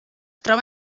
troba